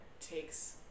takes